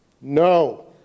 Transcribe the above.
No